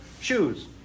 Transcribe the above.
shoes